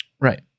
Right